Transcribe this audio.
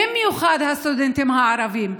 ובמיוחד לסטודנטים הערבים.